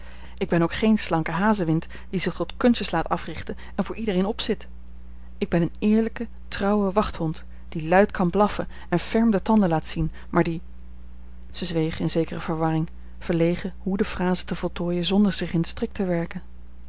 ik ben ook geen slanke hazewind die zich tot kunstjes laat africhten en voor iedereen opzit ik ben een eerlijke trouwe wachthond die luid kan blaffen en ferm de tanden laat zien maar die zij zweeg in zekere verwarring verlegen hoe de phrase te voltooien zonder zich in den strik te werken